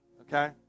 okay